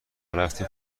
رفتیم